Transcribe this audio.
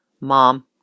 mom